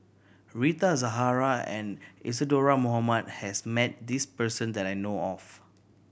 Rita Zahara and Isadhora Mohamed has met this person that I know of